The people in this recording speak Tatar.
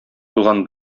туган